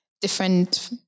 different